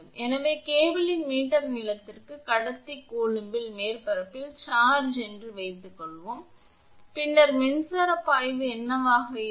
எனவே கேபிளின் மீட்டர் நீளத்திற்கு கடத்தி q கூலம்பின் மேற்பரப்பில் சார்ஜ் என்று வைத்துக் கொள்வோம் பின்னர் மின்சாரப் பாய்வு என்னவாக இருக்கும்